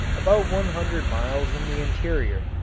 about one hundred miles in the interior,